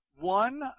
One